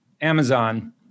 Amazon